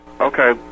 Okay